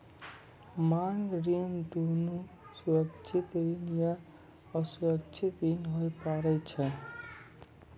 मांग ऋण दुनू सुरक्षित ऋण या असुरक्षित ऋण होय पारै छै